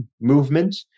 movement